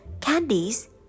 candies